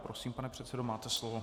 Prosím, pane předsedo, máte slovo.